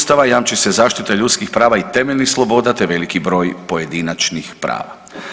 Ustava jamči se zaštita ljudskih prava i temeljnih sloboda te veliki broj pojedinačnih prava.